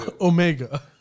Omega